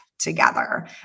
together